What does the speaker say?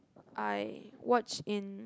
I watched in